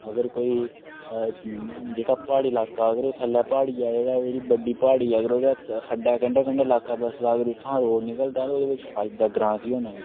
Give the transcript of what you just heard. अगर कोई जेह्का प्हाड़ी लाका ओह् अगर प्हाड़ी दा जेह्ड़ा बड्डी प्हाड़ी आई अगर ओह्दे खड्डे कंडै कंडै लाका बसदा अगर उ'त्थां रोड निकलदा ते ओह्दे च फायदा ग्रांऽ गी होना ऐ